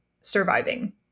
surviving